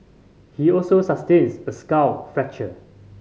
he also sustains a skull fracture